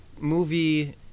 movie